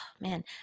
Man